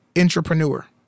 entrepreneur